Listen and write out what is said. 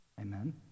Amen